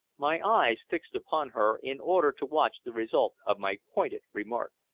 my eyes fixed upon her in order to watch the result of my pointed remark.